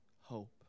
hope